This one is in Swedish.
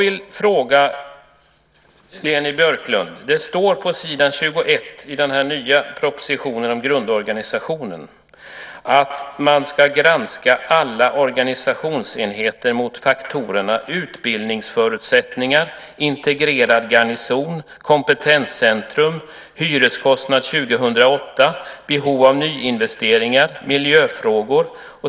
På s. 21 står det i den nya propositionen om grundorganisationen att man ska granska alla organisationsenheter utifrån faktorerna utbildningsförutsättningar, integrerad garnison, kompetenscentrum, hyreskostnad år 2008, behov av nyinvesteringar och miljöfrågor.